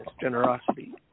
generosity